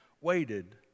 waited